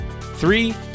Three